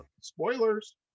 spoilers